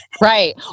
Right